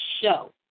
show